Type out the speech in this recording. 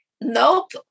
nope